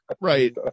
Right